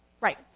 Right